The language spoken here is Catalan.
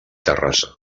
terrassa